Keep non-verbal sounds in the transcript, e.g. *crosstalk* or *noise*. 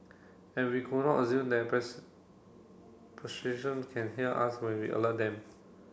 and we could not assume that *unintelligible* can hear us when we alert them